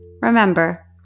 remember